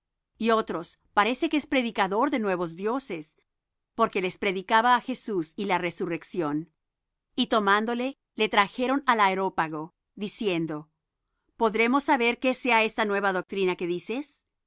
y otros parece que es predicador de nuevos dioses porque les predicaba á jesús y la resurrección y tomándole le trajeron al areópago diciendo podremos saber qué sea esta nueva doctrina que dices